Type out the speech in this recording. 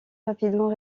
rapidement